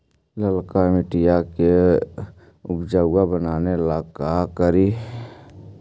लालका मिट्टियां के उपजाऊ बनावे ला का करी?